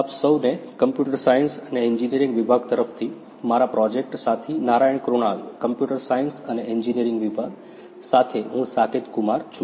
આપ સૌને computer science અને એન્જિનિયરિંગ વિભાગ તરફથી મારા પ્રોજેક્ટ સાથી નારાયણ કુણાલ કમ્પ્યુટર સાયન્સ અને એન્જિનિયરિંગ વિભાગ સાથે હું સાકેત કુમાર છું